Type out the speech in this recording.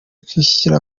kwishyira